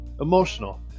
emotional